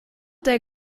der